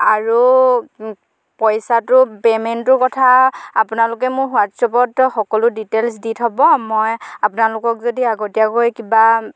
আৰু পইচাটোৰ পে'মেন্টটোৰ কথা আপোনালোকে মোক হোৱাটছআপত সকলো ডিটেইলছ দি থ'ব মই আপোনালোকক যদি আগতীয়াকৈ কিবা